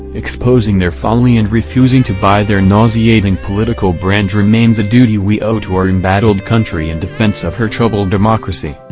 exposing their folly and refusing to buy their nauseating political brand remains a duty we owe to our embattled country in defense of her troubled democracy.